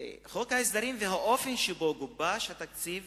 חוק ההסדרים והאופן שבו גובש התקציב